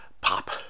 pop